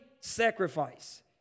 sacrifice